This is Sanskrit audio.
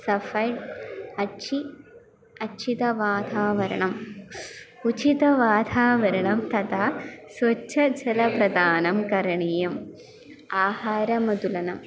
सफ़ै अच्छि अच्छितवाथावरणम् उछितवाथावरणं थता स्वच्छझलप्रतानं करणीयम् आहारमदुलनम्